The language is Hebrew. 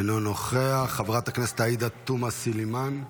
אינו נוכח, חברת הכנסת עאידה תומא סלימאן,